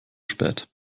spät